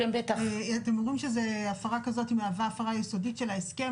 אתם אומרים שהפרה כזאת מהווה הפרה יסודית של ההסכם.